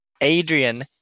Adrian